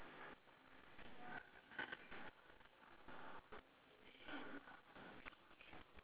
yes wearing slipper but uh she push the trolley it's empty